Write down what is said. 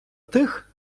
тих